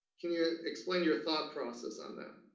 can you explain your thought process on that?